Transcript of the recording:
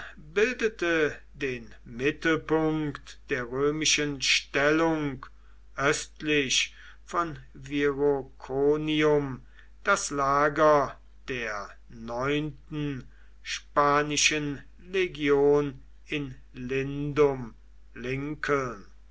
bildete den mittelpunkt der römischen stellung östlich von viroconium das lager der neunten spanischen legion in lindum